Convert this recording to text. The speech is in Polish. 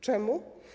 Czemu?